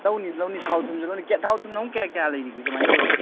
ꯂꯧꯅꯤ ꯂꯧꯅꯤ ꯊꯥꯎ ꯊꯨꯝꯁꯨ ꯂꯧꯅꯤ ꯊꯥꯎ ꯊꯨꯝꯅ ꯀꯌꯥ ꯀꯌꯥ ꯂꯩꯔꯤꯕꯒꯦ ꯀꯃꯥꯏꯅ ꯇꯧꯔꯤꯕꯒꯦ